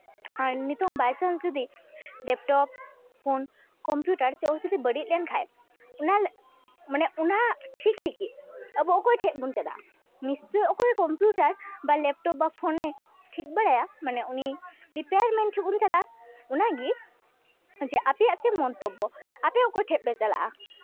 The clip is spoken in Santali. ᱟᱨ ᱱᱤᱛᱚᱝ ᱵᱟᱭᱪᱟᱱᱥ ᱡᱩᱫᱤ ᱞᱮᱯᱴᱚᱯ ᱯᱷᱳᱱ ᱠᱚᱢᱯᱤᱭᱩᱴᱟᱨ ᱪᱮᱫ ᱦᱚᱸ ᱡᱚᱫᱤ ᱵᱟᱹᱲᱤᱡ ᱞᱮᱱᱠᱷᱟᱡ ᱚᱱᱟ ᱢᱟᱱᱮ ᱚᱱᱟ ᱴᱷᱤᱠ ᱞᱟᱹᱜᱤᱫ ᱟᱵᱚ ᱚᱠᱚᱭ ᱴᱷᱮᱱ ᱵᱚᱱ ᱪᱟᱞᱟᱜᱼᱟ ᱱᱤᱥᱪᱳᱭ ᱚᱠᱚᱭ ᱠᱚᱢᱯᱤᱭᱩᱴᱟᱨ ᱞᱮᱯᱴᱚᱯ ᱵᱟ ᱯᱷᱳᱱᱮ ᱴᱷᱤᱠ ᱵᱟᱲᱟᱭᱟ ᱢᱟᱱᱮ ᱩᱱᱤ ᱨᱤᱯᱮᱭᱟᱨᱢᱮᱱᱴ ᱴᱷᱮᱱ ᱵᱚᱱ ᱪᱟᱞᱟᱜᱼᱟ ᱚᱱᱟᱜᱮ ᱡᱮ ᱟᱯᱮᱭᱟᱜ ᱪᱮᱫ ᱢᱚᱱᱛᱚᱵᱵᱚ ᱟᱯᱮ ᱚᱠᱚᱭ ᱴᱷᱮᱡ ᱯᱮ ᱪᱟᱞᱟᱜᱼᱟ